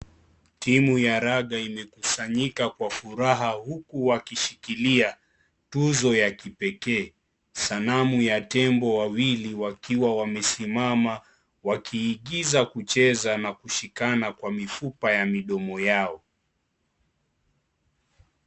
Timu ya raga imekusanyika kwa furaha huku wakishikilia tuzo ya kipekee sanamu ya tembo wawili wakiwa wamesimama wakiigiza kucheza na kushikana kwa mifupa ya midomo yao.